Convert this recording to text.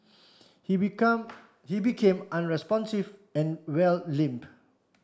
he become he became unresponsive and wear limp